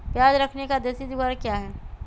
प्याज रखने का देसी जुगाड़ क्या है?